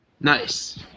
nice